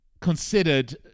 considered